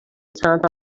چند